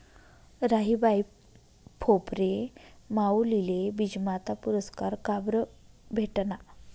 राहीबाई फोफरे माउलीले बीजमाता पुरस्कार काबरं भेटना?